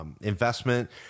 investment